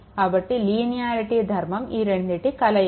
కాబట్టి లీనియారిటీ ధర్మం ఈ రెండిటి కలయిక